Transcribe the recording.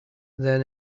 than